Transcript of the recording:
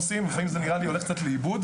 לפעמים נראה לי שזה הולך קצת לאיבוד.